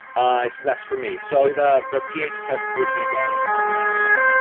i think that's for me so the the ph test would be done in the lab.